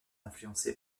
influencée